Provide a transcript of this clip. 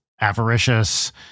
avaricious